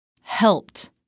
helped